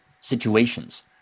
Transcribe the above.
situations